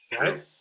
right